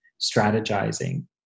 strategizing